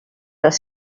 was